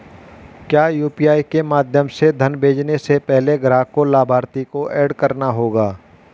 क्या यू.पी.आई के माध्यम से धन भेजने से पहले ग्राहक को लाभार्थी को एड करना होगा?